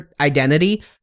identity